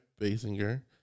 Basinger